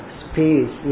space